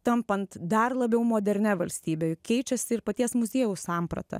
tampant dar labiau modernia valstybe keičiasi ir paties muziejaus samprata